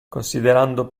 considerando